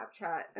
Snapchat